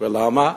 ולמה?